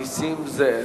חבר הכנסת נסים זאב.